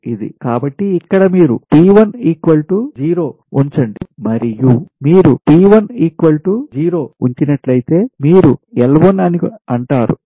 కాబట్టి ఇక్కడ మీరు ఉంచండి మరియు మీరు ఉంచినట్లయితే మీరు L 1 అని అంటారు